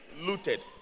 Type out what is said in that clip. looted